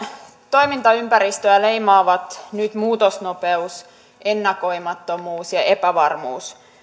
toimintaympäristöä leimaavat nyt muutosnopeus ennakoimattomuus ja epävarmuus